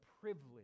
privilege